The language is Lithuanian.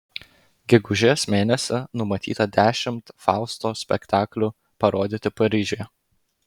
gegužės mėnesį numatyta dešimt fausto spektaklių parodyti paryžiuje